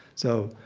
so,